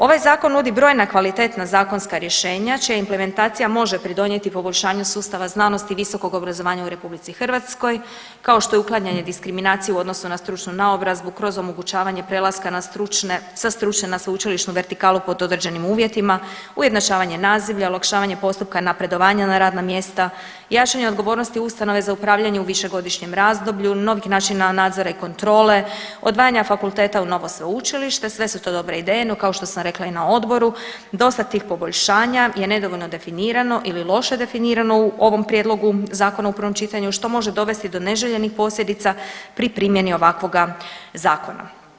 Ovaj Zakon nudi brojna kvalitetna zakonska rješenja čija implementacija može pridonijeti poboljšanju sustava znanosti i visokog obrazovanja u RH, kao što je uklanjanje diskriminacije u odnosu na stručnu naobrazbu, kroz omogućavanje prelaska na stručne, sa stručne na sveučilišnu vertikalu pod određenim uvjetima, ujednačavanje nazivlja, olakšavanje postupka napredovanja na radna mjesta, jačanje odgovornosti ustanove za upravljanje u višegodišnjem razdoblju, novih načina nadzora i kontrole, odvajanje fakulteta u novo sveučilište, sve su to dobre ideje, no kao što sam rekla i na odboru, dosta tih poboljšanja je nedovoljno definirano ili loše definirano u ovom Prijedlogu zakona u prvom čitanju, što može dovesti do neželjenih posljedica pri primjeni ovakvoga zakona.